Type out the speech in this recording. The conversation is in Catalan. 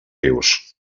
rius